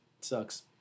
Sucks